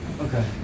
Okay